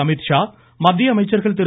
அமீத்ஷா மத்திய அமைச்சர்கள் திரு